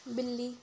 ਬਿੱਲੀ